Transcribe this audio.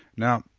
now,